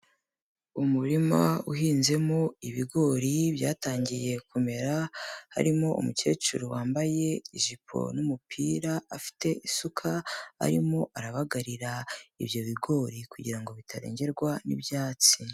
Umurima uhinzemo ibigori byatangiye kumera, harimo umukecuru wambaye ijipo n'umupira afite isuka arimo arabagarira ibyo bigori kugira bitarengerwa n'ibyatsi.